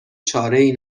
چارهای